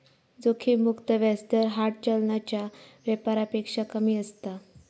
जोखिम मुक्त व्याज दर हार्ड चलनाच्या व्यापारापेक्षा कमी असता